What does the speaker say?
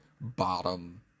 bottom